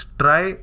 try